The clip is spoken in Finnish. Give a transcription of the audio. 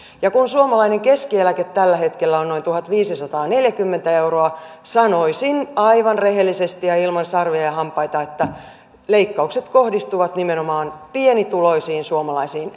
ja kun suomalainen keskieläke tällä hetkellä on noin tuhatviisisataaneljäkymmentä euroa sanoisin aivan rehellisesti ja ilman sarvia ja ja hampaita että leikkaukset kohdistuvat nimenomaan pienituloisiin suomalaisiin